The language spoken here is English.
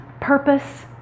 purpose